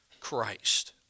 Christ